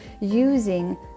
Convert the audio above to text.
using